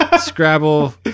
Scrabble